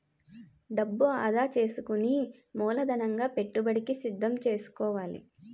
డబ్బు ఆదా సేసుకుని మూలధనంగా పెట్టుబడికి సిద్దం సేసుకోవాలి